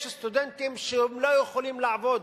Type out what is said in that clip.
יש סטודנטים שלא יכולים לעבוד,